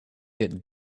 get